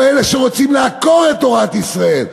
או אלה שרוצים לעקור את תורת ישראל,